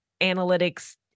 analytics